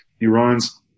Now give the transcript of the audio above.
Iran's